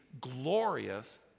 glorious